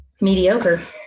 mediocre